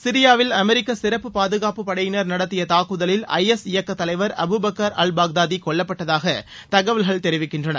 சிரியாவில் அமெரிக்க சிறப்பு பாதுகாப்பு படையினர் நடத்திய தாக்குதலில் ஐஎஸ் இயக்கத் தலைவர் அபு பக்கர் அல் பாக்தாதி கொல்லப்பட்டதாக தகவல்கள் தெரிவிக்கின்றன